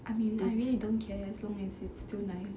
I mean I really don't care as long as it's still nice